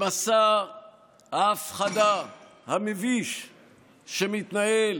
למסע ההפחדה המביש שמתנהל